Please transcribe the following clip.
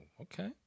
okay